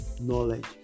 knowledge